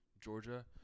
Georgia